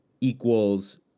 equals